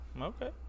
okay